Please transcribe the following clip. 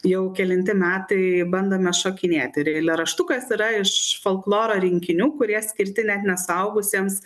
jau kelinti metai bandome šokinėti ir eilėraštukas yra iš folkloro rinkinių kurie skirtinet ne suaugusiems